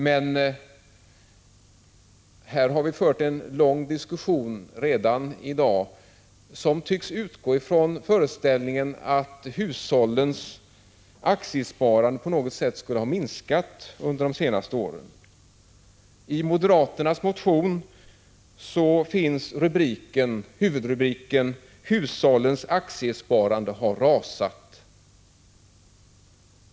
Men här har redan förts en lång diskussion i dag där man tycks utgå från föreställningen att hushållens aktiesparande på något sätt skulle ha minskat under de senaste åren. I moderaternas motion finns en huvudrubrik: Hushållens aktiesparande har rasat.